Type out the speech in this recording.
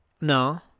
no